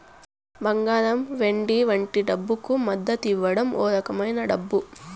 బంగారం వెండి వంటి డబ్బుకు మద్దతివ్వం ఓ రకమైన డబ్బు